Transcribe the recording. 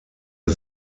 und